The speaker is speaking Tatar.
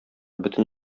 бөтен